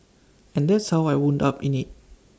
and that's how I wound up in IT